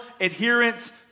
adherence